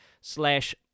slash